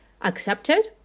accepted